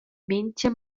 mintga